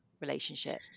relationship